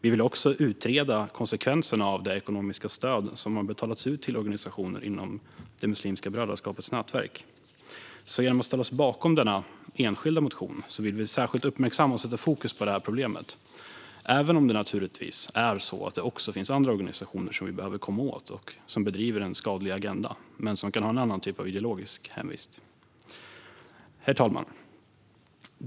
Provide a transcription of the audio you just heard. Vi vill också utreda konsekvenserna av det ekonomiska stöd som har betalats ut till organisationer inom Muslimska brödraskapets nätverk. Genom att ställa oss bakom denna enskilda motion vill vi särskilt uppmärksamma och sätta fokus på detta problem, även om det naturligtvis också finns andra organisationer som vi behöver komma åt och som driver en skadlig agenda men som kan ha en annan typ av ideologisk hemvist. Herr talman!